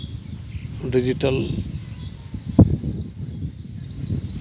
digital